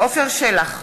עפר שלח,